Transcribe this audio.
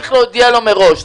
צריך להודיע לו מראש.